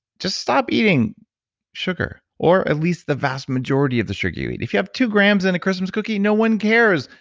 just stop eating sugar or at least the vast majority of the sugar you eat. if you have two grams and christmas cookie, no one cares,